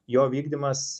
jo vykdymas